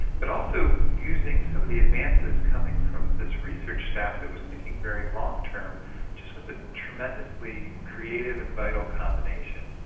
but also using some of the advances coming from this research staff that was thinking very long-term just was a tremendously creative and vital combination.